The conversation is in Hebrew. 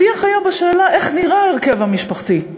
השיח היה בשאלה איך נראה ההרכב המשפחתי,